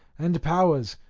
and powers,